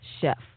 chef